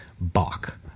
Bach